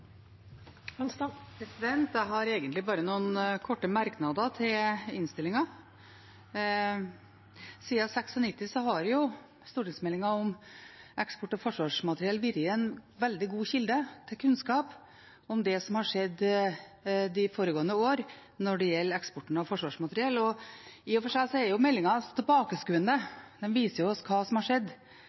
Jeg har bare noen korte merknader til innstillingen. Siden 1996 har stortingsmeldingen om eksport av forsvarsmateriell vært en veldig god kilde til kunnskap om det som har skjedd de foregående år når det gjelder eksporten av forsvarsmateriell. I og for seg er meldingen tilbakeskuende, den viser oss hva som har skjedd,